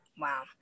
Wow